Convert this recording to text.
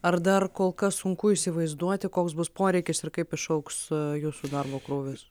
ar dar kol kas sunku įsivaizduoti koks bus poreikis ir kaip išaugs jūsų darbo krūvis